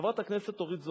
חברת הכנסת אורית זוארץ.